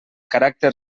caràcter